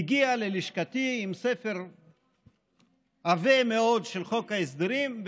הגיע ללשכתי עם ספר עבה מאוד של חוק ההסדרים,